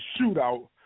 shootout